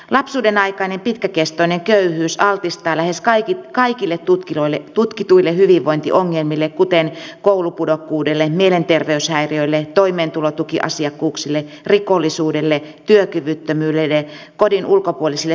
lapsuudenaikainen pitkäkestoinen köyhyys altistaa lähes kaikille tutkituille hyvinvointiongelmille kuten koulupudokkuulle mielenterveyshäiriöille toimeentulotukiasiakkuuksille rikollisuudelle työkyvyttömyydelle kodin ulkopuolisille sijoituksille ja työttömyydelle